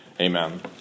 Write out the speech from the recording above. amen